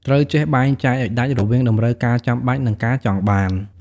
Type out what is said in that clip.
ត្រូវចេះបែងចែកឲ្យដាច់រវាងតម្រូវការចាំបាច់ និងការចង់បាន។